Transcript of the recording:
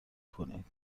کنید